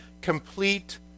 complete